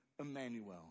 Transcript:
Emmanuel